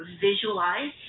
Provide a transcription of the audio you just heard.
visualize